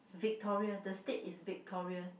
Victoria the state is Victoria